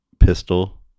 pistol